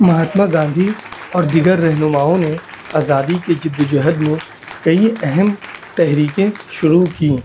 مہاتما گاندھی اور دیگر رہنماؤں نے آزادی کے جد و جہد میں کئی اہم تحریکیں شروع کیں